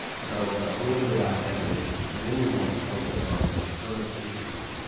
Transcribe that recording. so a little bit about definitions and then we want to focus on some current issues.